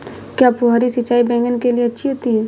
क्या फुहारी सिंचाई बैगन के लिए अच्छी होती है?